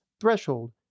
threshold